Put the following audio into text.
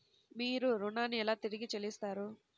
మీరు ఋణాన్ని ఎలా తిరిగి చెల్లిస్తారు?